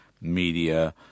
media